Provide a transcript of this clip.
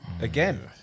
Again